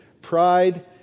Pride